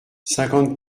cinquante